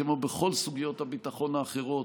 כמו בכל סוגיות הביטחון האחרות,